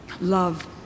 love